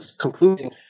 concluding